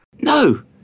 No